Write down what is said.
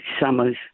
summers